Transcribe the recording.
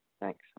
Thanks